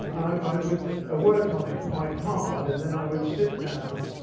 i would ah work on it quite hard and then i would sit down,